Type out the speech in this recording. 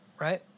Right